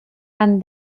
and